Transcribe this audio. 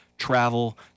travel